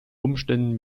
umständen